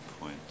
point